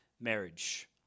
marriage